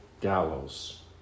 gallows